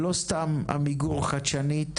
ולא סתם עמיגור חדשנית,